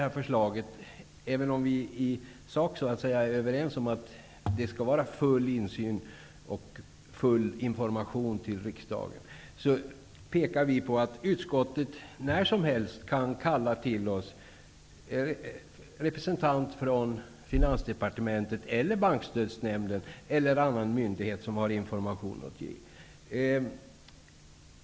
Även om vi i sak är överens om att riksdagen skall ha full insyn och få full information, avvisar vi i utskottet förslaget men påpekar att utskottet när som helst kan kalla till sig representant för Finansdepartementet, Bankstödsnämnden eller någon annan myndighet som har information att lämna.